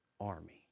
army